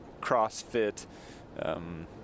crossfit